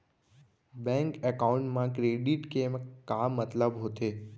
Bank account मा credit के का मतलब होथे?